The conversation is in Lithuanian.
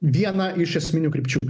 vieną iš esminių krypčių